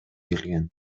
келген